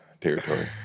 territory